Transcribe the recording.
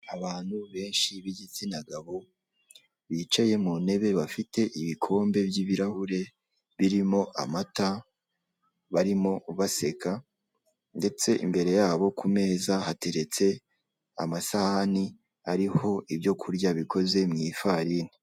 Abantu benshi b'igitsina gabo bicaye mu ntebe bafite ibikombe by'ibirahuri birimo amata barimo baseka ndetse imbere yabo ku meza hateretse amasahani ariho ibyo kurya bikozwe mu ifarini.